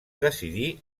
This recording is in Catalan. decidí